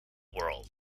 world